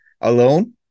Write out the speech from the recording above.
alone